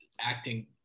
acting